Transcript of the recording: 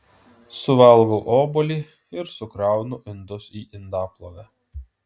suvalgau obuolį ir sukraunu indus į indaplovę